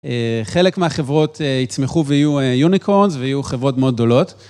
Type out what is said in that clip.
חלק מהחברות יצמחו ויהיו יוניקורז ויהיו חברות מאוד גדולות.